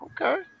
Okay